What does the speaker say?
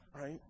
right